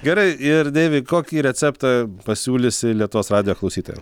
gerai ir deivi kokį receptą pasiūlysi lietuvos radijo klausytojams